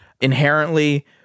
Inherently